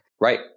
Right